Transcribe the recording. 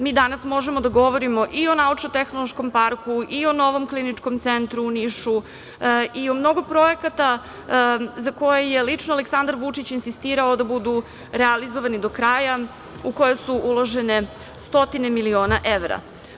Mi danas možemo da odgovorimo i o naučno-tehnološkom parku i o novom Kliničkom centru u Nišu i o mnogo projekata za koje je lično Aleksandar Vučić insistirao da budu realizovani do kraja u koje su uložene stotine miliona evra.